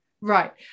Right